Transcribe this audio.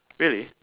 really